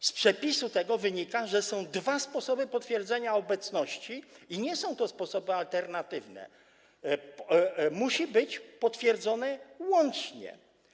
Z tego przepisu wynika, że są dwa sposoby potwierdzenia obecności, i nie są to sposoby alternatywne - musi to być potwierdzone łącznie.